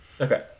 Okay